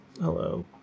Hello